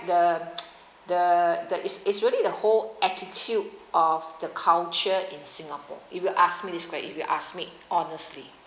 the the the is is really the whole attitude of the culture in singapore if you ask me this if you ask me honestly